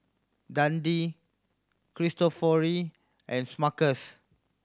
Dundee Cristofori and Smuckers